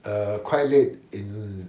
err quite late in